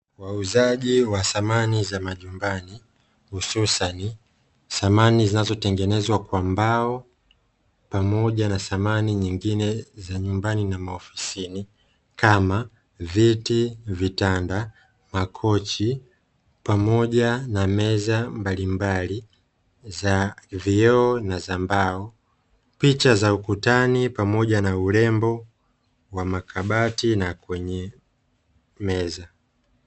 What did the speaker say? Wauzaji wa samani za majumbani, hususani samani zinazotengenezwa kwa mbao pamoja na samani nyingine za nyumbani na maofisini, kama: viti, vitanda, makochi pamoja na meza mbalimbali za vioo na za mbao, picha za ukutani pamoja na urembo wa makabati na kwenye meza.